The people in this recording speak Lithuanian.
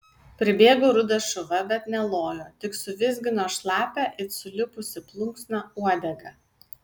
pribėgo rudas šuva bet nelojo tik suvizgino šlapią it sulipusi plunksna uodegą